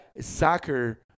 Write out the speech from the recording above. soccer